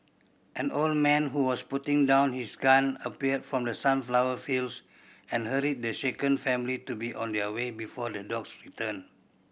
an old man who was putting down his gun appeared from the sunflower fields and hurried the shaken family to be on their way before the dogs return